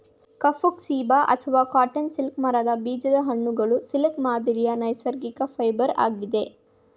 ಕಫುಕ್ ceiba ಅಥವಾ cotton silk ಮರದ ಬೀಜದ ಹಣ್ಣುಗಳು ಸಿಲ್ಕ್ ಮಾದರಿಯ ನೈಸರ್ಗಿಕ ಫೈಬರ್ ಆಗಿದೆ